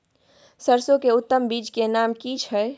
सरसो के उत्तम बीज के नाम की छै?